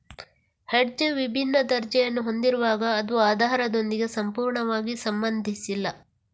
hedge ವಿಭಿನ್ನ ದರ್ಜೆಯನ್ನು ಹೊಂದಿರುವಾಗ ಅದು ಆಧಾರದೊಂದಿಗೆ ಸಂಪೂರ್ಣವಾಗಿ ಸಂಬಂಧಿಸಿಲ್ಲ